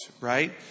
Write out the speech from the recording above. right